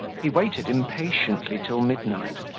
he waited impatiently till midnight,